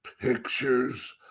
pictures